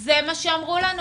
זה מה שאמרו לנו